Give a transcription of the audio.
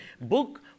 book